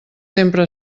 sempre